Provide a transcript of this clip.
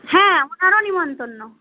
হ্যাঁ ওনারও নিমত্রন